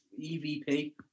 EVP